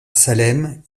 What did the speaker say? salem